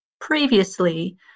previously